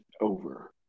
over